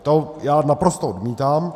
To já naprosto odmítám.